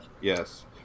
Yes